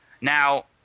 Now